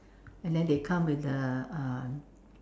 and then they come with the uh